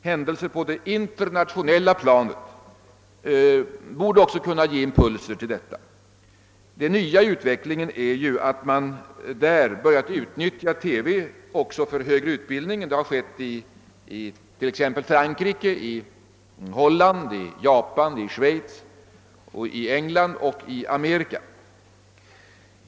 Händelser på det internationella planet borde också kunna ge impulser till detta. Det nya i utvecklingen är att man börjat utnyttja TV också för högre utbildning — det har skett t.ex. i Frankrike, Holland, Japan, Schweiz, England och Amerika.